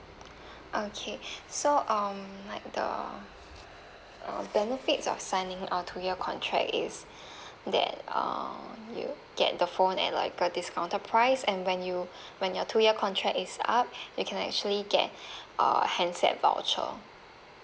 okay so um like the uh benefits of signing our two year contract is that uh you get the phone at like a discounted price and when you when your two year contract is up you can actually get err handset voucher